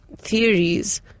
theories